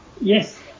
Yes